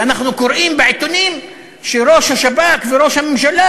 ואנחנו קוראים בעיתונים שראש השב"כ וראש הממשלה